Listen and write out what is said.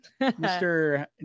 Mr